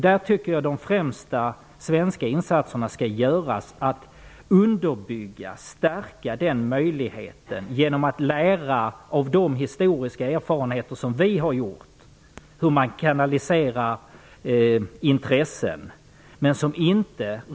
Jag tycker att de främsta svenska insatserna skall göras för att underbygga och stärka den möjligheten. Man kan lära av våra historiska erfarenheter hur man kanaliserar intressen.